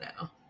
now